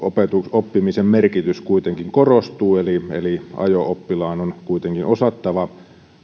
oppimisen merkitys kuitenkin korostuu eli eli ajo oppilaan on kuitenkin osattava